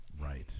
right